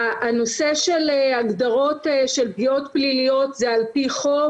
הנושא של הגדרות של פגיעות פליליות זה על פי חוק.